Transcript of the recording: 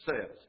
says